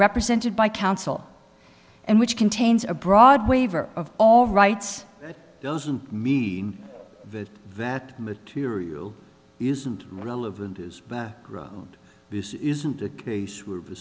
represented by counsel and which contains a broad waiver of all rights doesn't mean that that material isn't relevant is background this isn't a case w